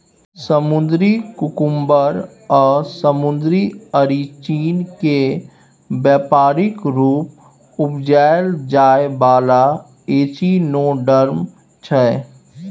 समुद्री कुकुम्बर आ समुद्री अरचिन केँ बेपारिक रुप उपजाएल जाइ बला एचिनोडर्म छै